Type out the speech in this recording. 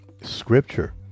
scripture